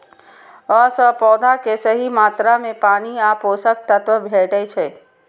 अय सं पौधा कें सही मात्रा मे पानि आ पोषक तत्व भेटै छै